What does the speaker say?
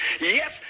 yes